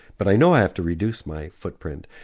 but i know i have to reduce my footprint.